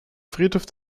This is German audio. friedhof